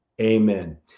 amen